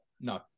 No